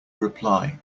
reply